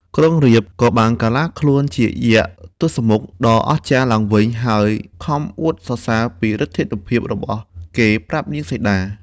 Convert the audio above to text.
ក្រុងរាពណ៍ ក៏បានកាឡាខ្លួនជា យក្សទសមុខដ៏អស្ចារ្យឡើងវិញ ហើយខំអួតសរសើរពីឫទ្ធានុភាពរបស់គេ ប្រាប់នាងសីតា។